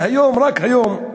שהיום, רק היום,